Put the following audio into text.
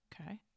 Okay